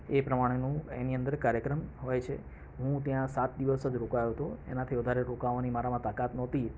એ પ્રમાણેનું એની અંદર કાર્યક્રમ હોય છે હું ત્યાં સાત દિવસ જ રોકાયો હતો એનાથી વધારે રોકાવાની મારામાં તાકાત નહોતી